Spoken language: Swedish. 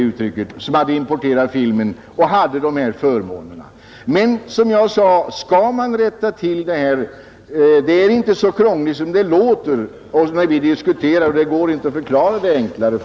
Detta är alltså inte så krångligt som det låter när vi diskuterar — det går inte att förklara det enklare.